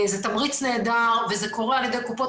זה תמריץ נהדר וזה קורה על ידי קופות